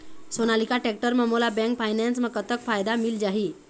Sonalika tractor म मोला bank finance म कतक फायदा मिल जाही?